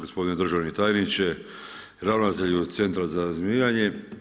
Gospodine državni tajniče, ravnatelju centra za razminiravanje.